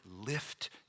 lift